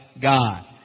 God